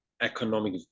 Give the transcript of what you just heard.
economic